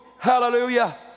Hallelujah